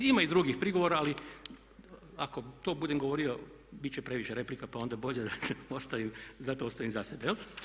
Ima i drugih prigovora ali ako to budem govorio bit će previše replika pa onda bolje da ostavim za sebe jel'